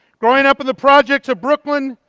growing up in the projects of brooklyn,